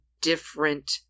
different